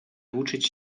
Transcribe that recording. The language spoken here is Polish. uczyć